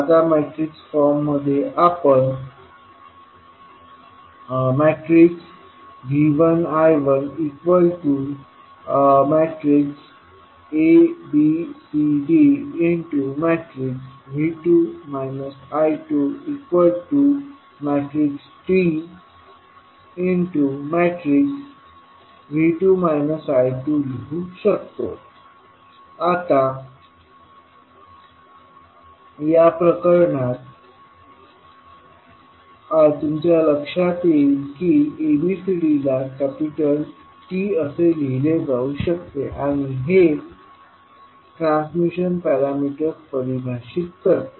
आता मॅट्रिक्स फॉर्ममध्ये आपण V1 I1 A B C D V2 I2 TV2 I2 लिहू शकतो आता या प्रकरणात तुमच्या लक्षात येईल की ABCD ला कॅपिटल T असे लिहिले जाऊ शकते आणि हे ट्रांसमिशन पॅरामीटर्स परिभाषित करते